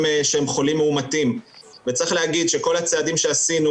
נהגים שהם חולים מאומתים וצריך להגיד שכל הצעדים שעשינו